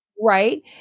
right